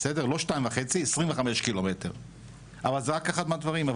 לא 2.5. אבל זה רק אחד מהדברים.